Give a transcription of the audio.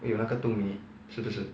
eh 有那个 two minute 是不是